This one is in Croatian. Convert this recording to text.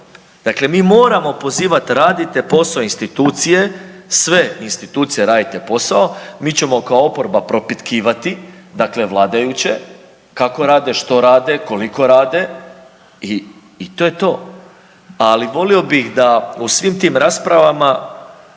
Dakle, mi moramo pozivat radite posao institucije sve institucije radite posao, mi ćemo kao oporba propitkivati vladajuće kako rade, što rade, koliko rade i to je to. Ali volio bih da u svim tim raspravama